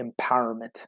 empowerment